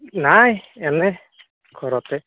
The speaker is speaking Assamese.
নাই এনে ঘৰতে